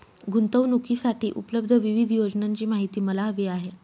गुंतवणूकीसाठी उपलब्ध विविध योजनांची माहिती मला हवी आहे